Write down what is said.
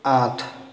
আঠ